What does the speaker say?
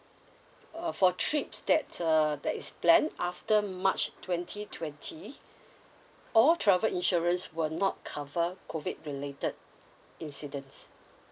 uh for trips that uh that is planned after march twenty twenty all travel insurance will not cover COVID related incidents